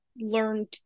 learned